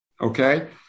Okay